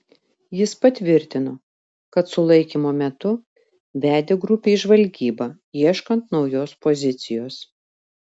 jis patvirtino kad sulaikymo metu vedė grupę į žvalgybą ieškant naujos pozicijos